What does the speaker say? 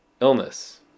illness